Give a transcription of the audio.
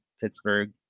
Pittsburgh